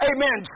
Amen